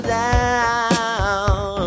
down